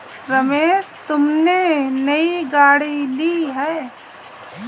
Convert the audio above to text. रमेश तुमने नई गाड़ी ली हैं